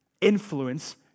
influence